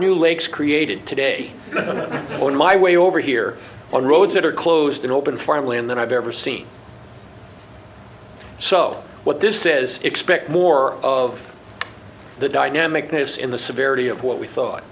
new lakes created today on my way over here on roads that are closed in open farmland than i've ever seen so what this says expect more of the dynamic this in the severity of what we thought